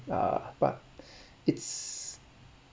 uh but it's